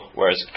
whereas